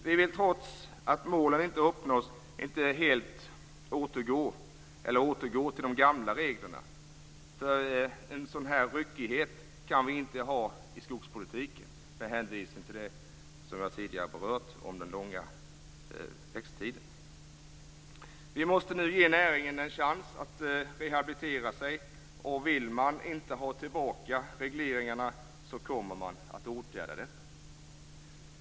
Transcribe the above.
Vi vill trots att målen inte uppnåtts inte återgå till de gamla reglerna, för en sådan ryckighet kan vi inte ha i skogspolitiken med tanke på den långa växttiden. Vi måste nu ge näringen en chans att rehabilitera sig. Vill man inte ha tillbaka regleringarna kommer detta att åtgärdas.